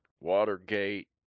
Watergate